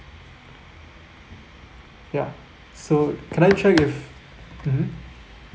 ya so can I check if mmhmm